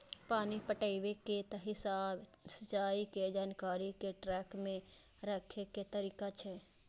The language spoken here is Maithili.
पानि पटाबै के हिसाब सिंचाइ के जानकारी कें ट्रैक मे राखै के तरीका छियै